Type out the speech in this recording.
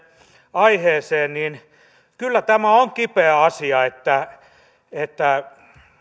aiheeseen kyllä tämä on kipeä asia että että